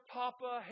papa